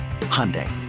Hyundai